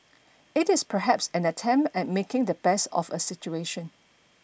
it is perhaps an attempt at making the best of a situation